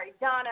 Donna